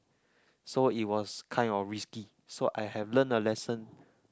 so it was kind of risky so i have learned a lesson